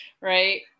right